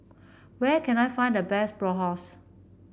where can I find the best Bratwurst